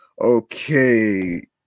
Okay